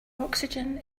oxygen